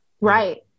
Right